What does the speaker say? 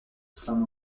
saint